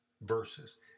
verses